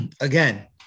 again